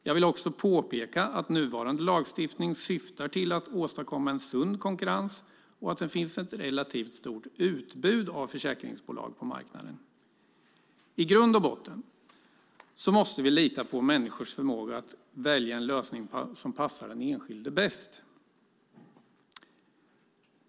Jag vill påpeka att nuvarande lagstiftning syftar till att åstadkomma en sund konkurrens och att det finns ett relativt stort utbud av försäkringsbolag på marknaden. I grund och botten måste vi lita på människors förmåga att välja en lösning som passar den enskilde bäst.